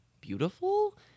beautiful